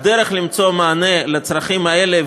הדרך למצוא מענה לצרכים האלה,